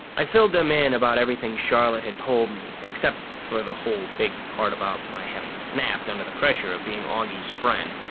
i filled them in about everything charlotte had told me, except for the whole big part about my having snapped under the pressure of being auggie's friend,